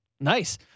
Nice